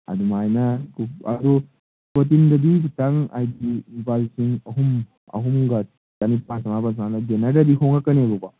ꯑꯗꯨꯃꯥꯏꯅ ꯑꯗꯨ ꯄ꯭ꯔꯣꯇꯤꯟꯗꯗꯤ ꯈꯤꯇꯪ ꯍꯥꯏꯗꯤ ꯂꯨꯄꯥ ꯂꯤꯁꯤꯡ ꯑꯍꯨꯝ ꯑꯍꯨꯝꯒ ꯆꯅꯤꯄꯥꯟ ꯆꯃꯥꯄꯟ ꯁꯨꯃꯥꯏ ꯂꯩ ꯒꯦꯟꯅꯔꯗꯗꯤ ꯍꯣꯡꯉꯛꯀꯅꯦꯕꯀꯣ